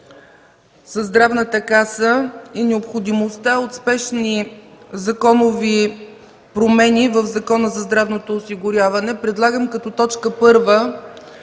със Здравната каса и необходимостта от спешни промени в Закона за здравното осигуряване предлагам като т. 1 в